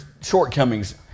shortcomings